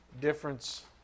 difference